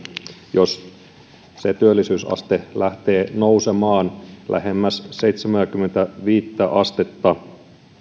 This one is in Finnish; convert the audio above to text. jos työllisyysaste lähtee nousemaan lähemmäs seitsemääkymmentäviittä